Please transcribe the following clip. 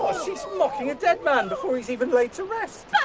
she's mocking a dead man before he's even laid to rest!